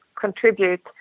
contribute